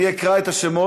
אני אקרא את השמות,